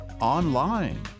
online